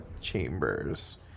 Chambers